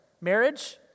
Marriage